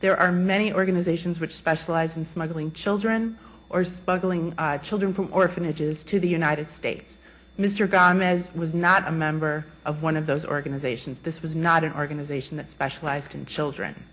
there are many organizations which specialize in smuggling children or sparkling children from orphanages to the united states mr gone as was not a member of one of those organizations this was not an organization that specialized in children